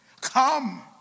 Come